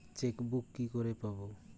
Chequebook কি করে পাবো?